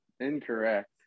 Incorrect